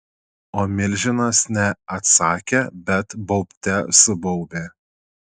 o milžinas ne atsakė bet baubte subaubė